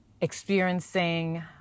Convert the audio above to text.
experiencing